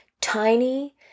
tiny